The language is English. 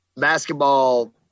Basketball